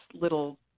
little